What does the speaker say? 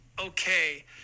okay